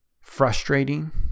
frustrating